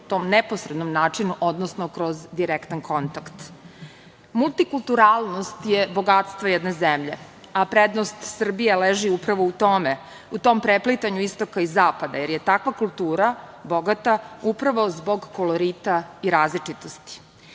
u tom neposrednom načinu, odnosno kroz direktan kontakt. Multikulturalnost je bogatstvo jedne zemlje, a prednost Srbije leži upravo u tome, u tom preplitanju istoka i zapada, jer je takva kultura bogata upravo zbog kolorita i različitosti.U